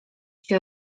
się